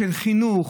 של חינוך,